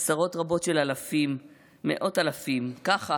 עשרות רבות של אלפים, מאות אלפים ככה,